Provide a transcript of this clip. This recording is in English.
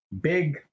Big